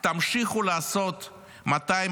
תמשיכו לעשות 200,